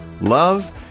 love